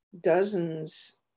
dozens